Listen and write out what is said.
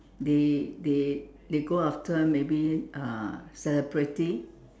they they they go after maybe uh celebrity